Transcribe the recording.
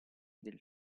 del